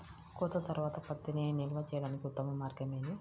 కోత తర్వాత పత్తిని నిల్వ చేయడానికి ఉత్తమ మార్గం ఏది?